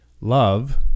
Love